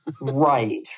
Right